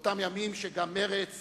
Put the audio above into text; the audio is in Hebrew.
באותם ימים שבהם גם מרצ